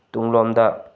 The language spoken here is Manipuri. ꯇꯨꯡꯂꯣꯝꯗ